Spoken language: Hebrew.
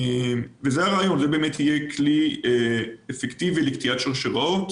אז הרעיון הוא לייצר כלי אפקטיבי לקטיעת שרשראות